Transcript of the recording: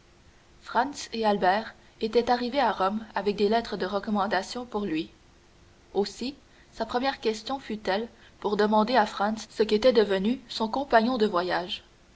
et albert étaient arrivés à rome avec des lettres de recommandation pour lui aussi sa première question fut-elle pour demander à franz ce qu'était devenu son compagnon de voyage